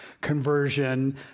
conversion